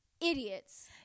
Idiots